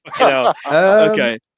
Okay